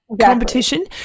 competition